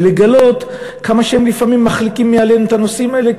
ולגלות עד כמה לפעמים מחליקים מעליהם את הנושאים האלה,